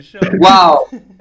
Wow